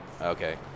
Okay